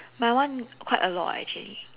my one quite a lot actually